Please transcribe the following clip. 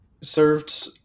served